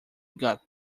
got